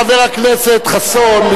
חבר הכנסת חסון,